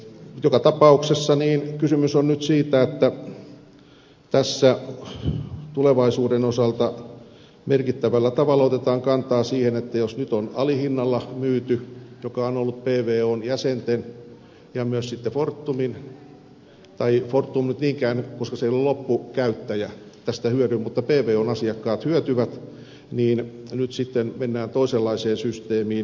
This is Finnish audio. joka tapauksessa kysymys on nyt siitä että tässä tulevaisuuden osalta merkittävällä tavalla otetaan kantaa siihen että jos nyt on alihinnalla myyty mikä on ollut pvon jäsenille ja myös sitten fortumille hyödyksi tai ei fortum nyt niinkään tästä hyödy koska se ei ole loppukäyttäjä mutta pvon asiakkaat hyötyvät niin nyt sitten mennään toisenlaiseen systeemiin